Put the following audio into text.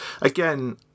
again